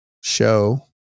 show